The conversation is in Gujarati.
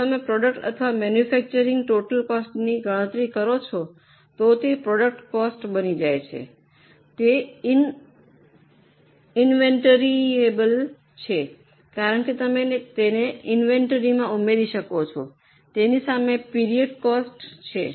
જો તમે પ્રોડક્ટ અથવા મૈન્યફૈક્ચરિંગની ટોટલ કોસ્ટની ગણતરી કરો છો તો તે પ્રોડક્ટ કોસ્ટ બની જાય છે તે ઇન્વેન્ટરીઅબલ છે કારણ કે તમે તેને ઇન્વેન્ટરીમાં ઉમેરી શકો છો તેની સામે પિરિઓડ કોસ્ટ છે